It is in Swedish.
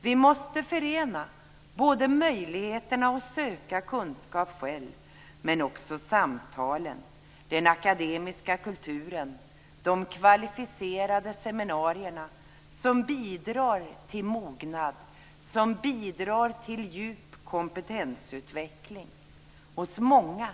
Vi måste förena möjligheterna att söka kunskap själva med samtalen, den akademiska kulturen och de kvalificerade seminarier som bidrar till mognad och djup kompetensutveckling hos många.